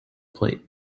plate